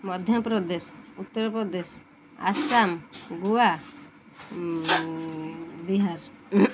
Madhya Pradesh Uttar Pradesh Assam Goa Bihar